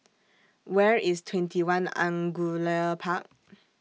Where IS TwentyOne Angullia Park